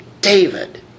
David